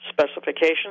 specifications